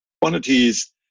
quantities